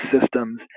systems